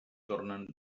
tornen